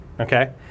Okay